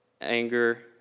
anger